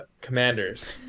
Commanders